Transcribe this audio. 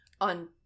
on